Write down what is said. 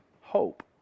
hope